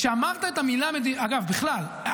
אגב, בכלל,